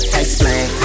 explain